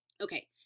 Okay